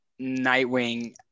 Nightwing